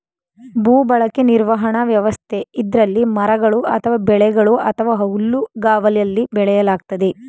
ಭೂಬಳಕೆ ನಿರ್ವಹಣಾ ವ್ಯವಸ್ಥೆ ಇದ್ರಲ್ಲಿ ಮರಗಳು ಅಥವಾ ಬೆಳೆಗಳು ಅಥವಾ ಹುಲ್ಲುಗಾವಲಲ್ಲಿ ಬೆಳೆಯಲಾಗ್ತದೆ